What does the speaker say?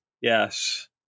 Yes